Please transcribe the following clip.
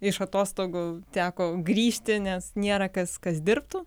iš atostogų teko grįžti nes nėra kas kas dirbtų